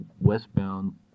westbound